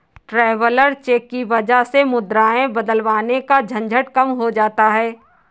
traveller cheque की वजह से मुद्राएं बदलवाने का झंझट कम हो जाता है